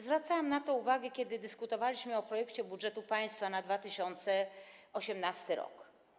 Zwracałam na to uwagę, kiedy dyskutowaliśmy o projekcie budżetu państwa na 2018 r.